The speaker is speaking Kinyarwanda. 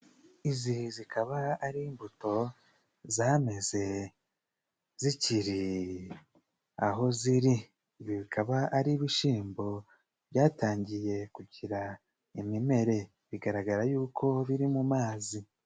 Izi zikaba ari imbuto zameze zikiri aho ziri. Ibi bikaba ari ibishyimbo byatangiye kugira imimere. Bigaragara yuko biri mu mazi.